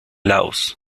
laos